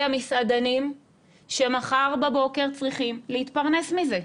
המסעדנים שמחר בבוקר צריכים להתפרנס מזה,